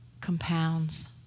compounds